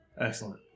excellent